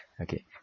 Okay